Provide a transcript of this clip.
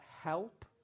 help